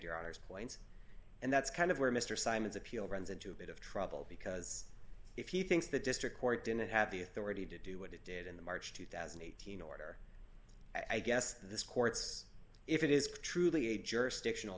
your honour's point and that's kind of where mr simon's appeal runs into a bit of trouble because if he thinks the district court didn't have the authority to do what it did in the march two thousand and eighteen order i guess this court's if it is truly a jurisdictional